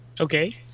Okay